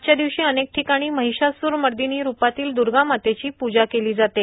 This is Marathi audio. आजच्या दिवशी अनेक ठिकाणी महिषास्र मर्दिनी रुपातील द्र्गामातेची पूजा केली जाते